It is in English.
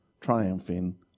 triumphing